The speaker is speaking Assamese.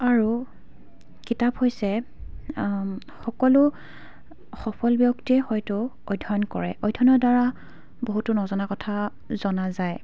আৰু কিতাপ হৈছে সকলো সফল ব্যক্তিয়ে হয়তো অধ্যয়ন কৰে অধ্যয়নৰ দ্বাৰা বহুতো নজনা কথা জনা যায়